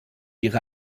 ihre